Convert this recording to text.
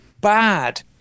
bad